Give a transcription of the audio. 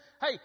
hey